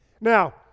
Now